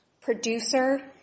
producer